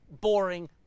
boring